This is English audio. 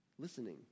listening